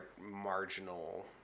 marginal